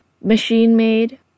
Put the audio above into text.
machine-made